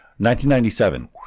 1997